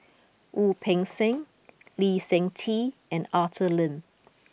Wu Peng Seng Lee Seng Tee and Arthur Lim